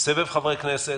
סבב של חברי הכנסת,